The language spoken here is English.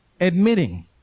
admitting